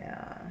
ya